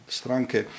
stranke